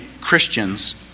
Christians